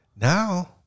now